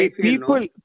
people